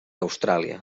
austràlia